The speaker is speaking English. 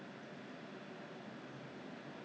它不是那种 flour 的 fried lah you know what I mean